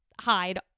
hide